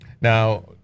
Now